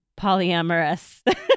polyamorous